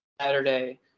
Saturday